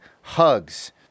hugs